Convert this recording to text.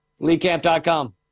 LeeCamp.com